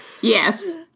Yes